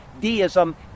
Deism